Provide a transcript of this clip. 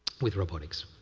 with robotics.